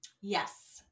Yes